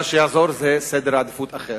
מה שיעזור זה סדר עדיפות אחר.